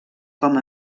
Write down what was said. com